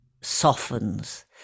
softens